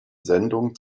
sendung